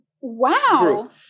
Wow